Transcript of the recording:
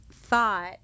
thought